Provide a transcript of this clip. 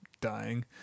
dying